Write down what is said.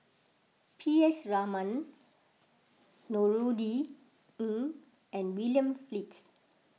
P S Raman Ng and William Flint